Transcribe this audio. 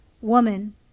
woman